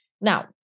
Now